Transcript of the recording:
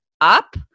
up